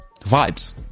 vibes